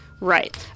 Right